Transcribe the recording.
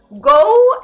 go